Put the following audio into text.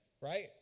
Right